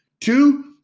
Two